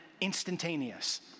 instantaneous